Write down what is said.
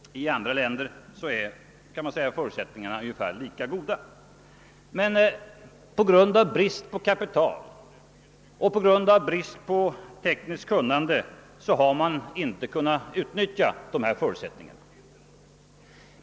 I andra länder kan förutsättningarna sägas vara ungefär lika goda. Av brist på kapital och tekniskt kunnande har man inte kunnat utnyttja förutsättningarna.